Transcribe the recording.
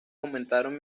aumentaron